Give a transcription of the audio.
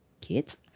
kids